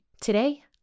Today